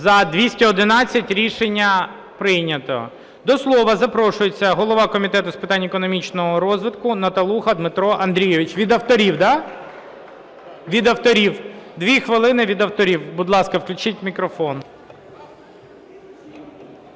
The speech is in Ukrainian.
За-211 Рішення прийнято. До слова запрошується голова Комітету з питань економічного розвитку Наталуха Дмитро Андрійович. Від авторів, так? Від авторів. 2 хвилини від авторів, будь ласка, включіть мікрофон.